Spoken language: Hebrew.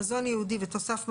מזון ייעודי ותוסף מזון,